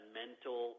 mental